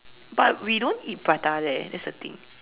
but we don't eat prata leh that's the thing